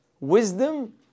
wisdom